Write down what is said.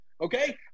Okay